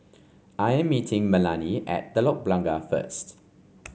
I am meeting Melanie at Telok Blangah first